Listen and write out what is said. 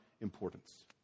importance